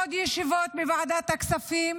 עוד ישיבות בוועדת הכספים,